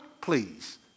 Please